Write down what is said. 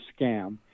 scam